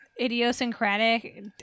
idiosyncratic